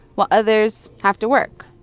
while others have to work,